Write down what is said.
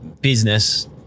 business